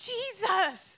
Jesus